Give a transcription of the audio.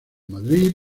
madrid